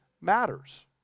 matters